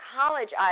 college